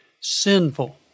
sinful